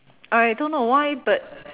I don't know why but